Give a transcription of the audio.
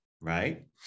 right